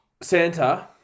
Santa